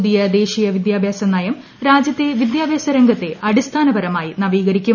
പുതിയ ദേശീയ വിദ്യാഭ്യാസ നയം രാജ്യത്തെ വിദ്യാഭ്യാസ രംഗത്തെ അടിസ്ഥാനപരമായി നവീകരിക്കും